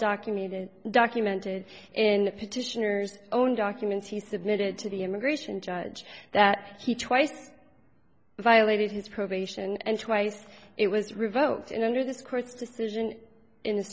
documented and documented in petitioners own documents he submitted to the immigration judge that he twice violated his probation and twice it was revoked and under this court's decision